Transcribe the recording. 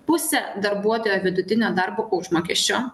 puse darbuotojo vidutinio darbo užmokesčio